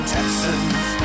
Texans